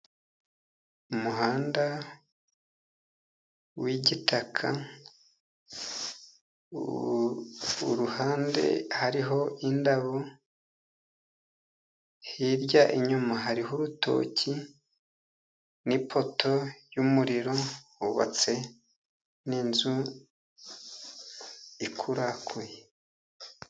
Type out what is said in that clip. Umuhanda w'igitaka, uruhande hariho indabo, hirya inyuma hariho urutoki n'ipoto y'umuriro hubatse n'inzu ikurakuye.